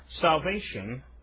salvation